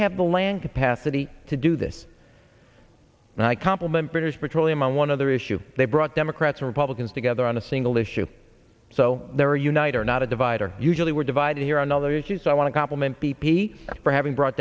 have the land capacity to do this and i compliment british petroleum on one other issue they brought democrats or republicans together on a single issue so there unite are not a divider usually we're divided here on other issues so i want to compliment b p for having brought